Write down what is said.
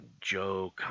Joe